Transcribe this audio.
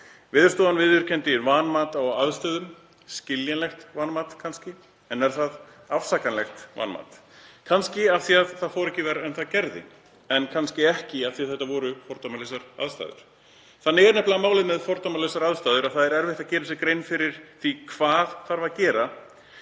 Veðurstofan viðurkenndi vanmat á aðstæðum, kannski skiljanlegt vanmat. En er það afsakanlegt vanmat? Kannski, af því að það fór ekki verr en það gerði, en kannski ekki, af því að þetta voru fordæmalausar aðstæður. Það er nefnilega málið með fordæmalausar aðstæður að það er erfitt að gera sér grein fyrir því hvað þurfi að gera